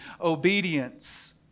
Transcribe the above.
obedience